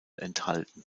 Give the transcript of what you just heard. enthalten